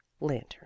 Lantern